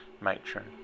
matron